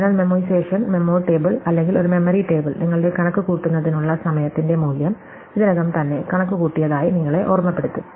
അതിനാൽ memoization memo table അല്ലെങ്കിൽ ഒരു മെമ്മറി ടേബിൾ നിങ്ങളുടെ കണക്കുകൂട്ടുന്നതിനുള്ള സമയത്തിന്റെ മൂല്യം ഇതിനകം തന്നെ കണക്കുകൂട്ടിയതായി നിങ്ങളെ ഓർമ്മപ്പെടുത്തും